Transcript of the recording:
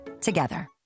together